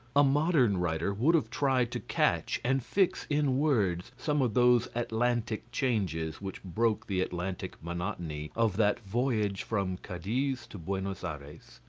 a modern writer would have tried to catch and fix in words some of those atlantic changes which broke the atlantic monotony of that voyage from cadiz to buenos ayres.